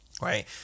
right